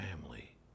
family